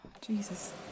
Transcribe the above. Jesus